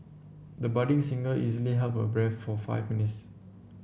the budding singer easily held her breath for five minutes